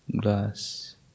glass